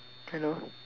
hello